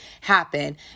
happen